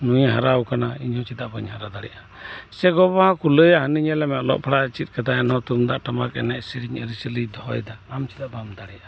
ᱱᱩᱭᱮ ᱦᱟᱨᱟᱣ ᱟᱠᱟᱱᱟ ᱤᱧ ᱪᱮᱫᱟᱜ ᱵᱟᱹᱧ ᱦᱟᱨᱟ ᱫᱟᱲᱤᱜᱼᱟ ᱥᱮ ᱜᱚ ᱵᱟᱵᱟ ᱦᱚᱸᱠᱩ ᱞᱟᱹᱭᱟ ᱦᱟᱹᱱᱤ ᱧᱮᱞᱮᱢᱮ ᱚᱞᱚᱜ ᱯᱟᱲᱦᱟᱜᱼᱮ ᱪᱤᱫ ᱟᱠᱟᱫᱟ ᱮᱱᱦᱚᱸ ᱛᱩᱢᱫᱟᱜ ᱴᱟᱠᱟᱢ ᱮᱱᱮᱡ ᱥᱤᱨᱤᱧ ᱟᱹᱨᱤᱪᱟᱹᱞᱤᱭ ᱫᱚᱦᱚᱭᱮᱫᱟ ᱟᱢ ᱪᱮᱫᱟᱜ ᱵᱟᱢ ᱫᱚᱦᱚᱭᱮᱫᱟ